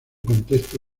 contexto